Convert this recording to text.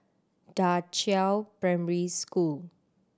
Da Qiao Primary School